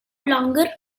longer